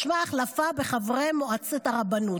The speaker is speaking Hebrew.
משמע החלפה בחברי מועצת הרבנות.